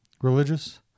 religious